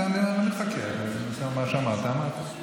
לא נתווכח, מה שאמרת, אמרת.